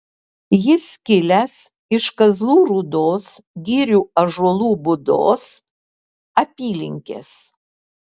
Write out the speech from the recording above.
jis kilęs iš kazlų rūdos girių ąžuolų būdos apylinkės